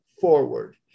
forward